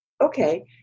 okay